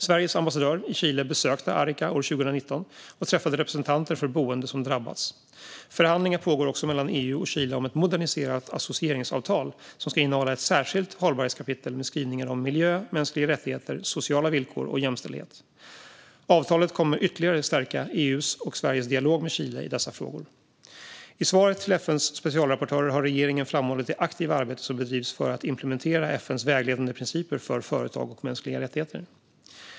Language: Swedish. Sveriges ambassadör i Chile besökte Arica 2019 och träffade representanter för boende som drabbats. Förhandlingar pågår också mellan EU och Chile om ett moderniserat associeringsavtal som ska innehålla ett särskilt hållbarhetskapitel med skrivningar om miljö, mänskliga rättigheter, sociala villkor och jämställdhet. Avtalet kommer att ytterligare stärka EU:s och Sveriges dialog med Chile i dessa frågor. I svaret till FN:s specialrapportörer har regeringen framhållit det aktiva arbete som bedrivs för att implementera FN:s vägledande principer för företag och mänskliga rättigheter.